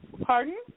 Pardon